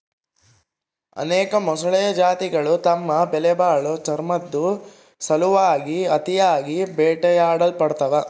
ಅನೇಕ ಮೊಸಳೆ ಜಾತಿಗುಳು ತಮ್ಮ ಬೆಲೆಬಾಳೋ ಚರ್ಮುದ್ ಸಲುವಾಗಿ ಅತಿಯಾಗಿ ಬೇಟೆಯಾಡಲ್ಪಡ್ತವ